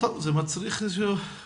טוב, זה מצריך איזה שהוא